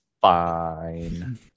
fine